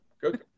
good